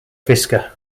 fiske